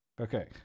Okay